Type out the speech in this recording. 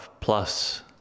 plus